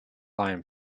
line